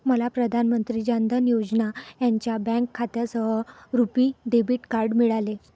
मला प्रधान मंत्री जान धन योजना यांच्या बँक खात्यासह रुपी डेबिट कार्ड मिळाले